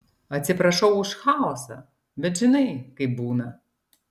atsiprašau už chaosą bet žinai kaip būna